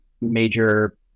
major